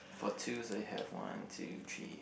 for twos I have one two three